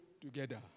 together